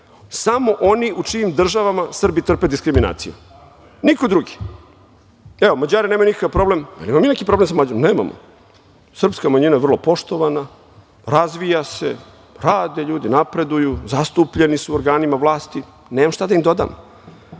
Samo oni u čijim državama Srbi trpe diskriminacije, niko drugi. Evo, Mađari nemaju nikakav problem. Jel imamo mi neki problem sa Mađarskom? Nemamo. Srpska manjina je vrlo poštovana, razvija se, rade ljudi, napreduju, zastupljeni su u organima vlasti. Nemam šta da im dodam. Obično